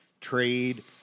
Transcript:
trade